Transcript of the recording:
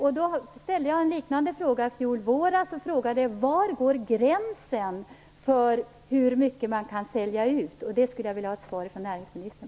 Jag ställde en liknande fråga i fjol vår: Var går gränsen för hur mycket man kan sälja ut? Den frågan skulle jag vilja ha ett svar på från näringsministern.